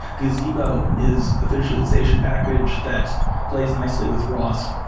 gazebo is a visualization package that plays nicely with ros,